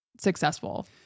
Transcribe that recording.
successful